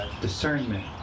Discernment